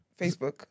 Facebook